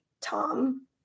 Tom